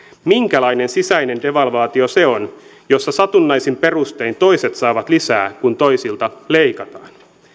minkälainen sisäinen devalvaatio se on jossa satunnaisin perustein toiset saavat lisää kun toisilta leikataan